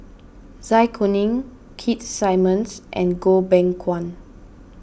Zai Kuning Keith Simmons and Goh Beng Kwan